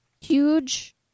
huge